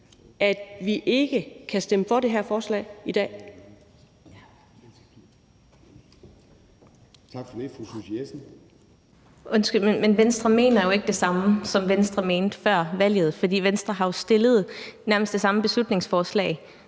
at vi ikke kan stemme for det her forslag i dag.